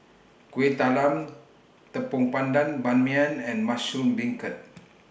Kuih Talam Tepong Pandan Ban Mian and Mushroom Beancurd